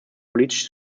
politisch